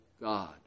God